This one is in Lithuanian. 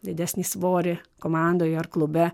didesnį svorį komandoj ar klube